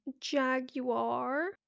jaguar